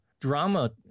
Drama